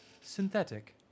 synthetic